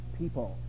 people